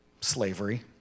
Slavery